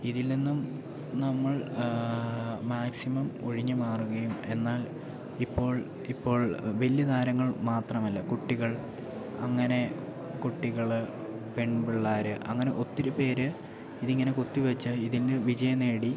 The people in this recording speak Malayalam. ഇതിൽനിന്നും നമ്മൾ മാക്സിമം ഒഴിഞ്ഞുമാറുകയും എന്നാൽ ഇപ്പോൾ ഇപ്പോൾ വലിയ താരങ്ങൾ മാത്രമല്ല കുട്ടികൾ അങ്ങനെ കുട്ടികൾ പെൺപിള്ളേർ അങ്ങനെ ഒത്തിരി പേർ ഇതിങ്ങനെ കുത്തിവെച്ച് ഇതിന് വിജയം നേടി